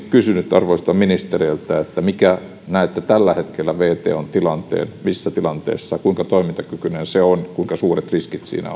kysynyt arvoisilta ministereiltä miten näette tällä hetkellä wton tilanteen missä tilanteessa ja kuinka toimintakykyinen se on ja kuinka suuret riskit siinä